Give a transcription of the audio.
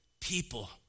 people